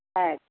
ಆಯ್ತು